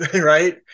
right